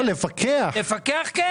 לפקח כן.